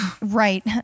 right